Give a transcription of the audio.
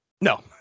No